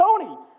Tony